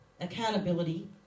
accountability